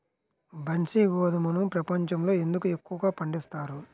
బన్సీ గోధుమను ప్రపంచంలో ఎందుకు ఎక్కువగా పండిస్తారు?